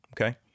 okay